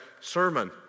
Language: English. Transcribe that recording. sermon